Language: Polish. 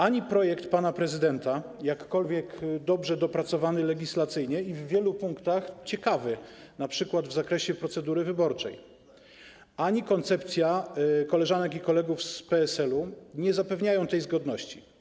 Ani projekt pana prezydenta, jakkolwiek dobrze dopracowany legislacyjnie i w wielu punktach ciekawy, np. w zakresie procedury wyborczej, ani koncepcja koleżanek i kolegów z PSL-u nie zapewniają tej zgodności.